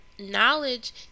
Knowledge